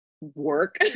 work